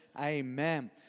Amen